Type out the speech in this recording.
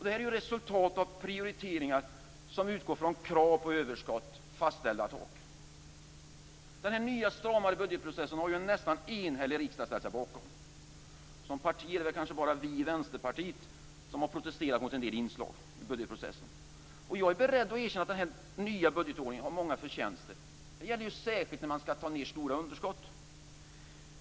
Detta är resultatet av prioriteringar som utgår från krav på överskott och fastställda tak. Denna nya stramare budgetprocess har en nästan enhällig riksdag ställt sig bakom. Av partierna är det väl bara Vänsterpartiet som har protesterat mot en del inslag i budgetprocessen. Jag är beredd att erkänna att den nya budgetordningen har många förtjänster, särskilt när det gäller att ta ned stora underskott.